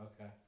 Okay